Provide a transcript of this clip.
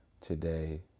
today